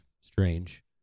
strange